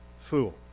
fool